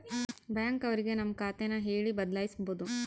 bank ಅವ್ರಿಗೆ ನಮ್ ಖಾತೆ ನ ಹೇಳಿ ಬದಲಾಯಿಸ್ಬೋದು